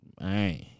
Man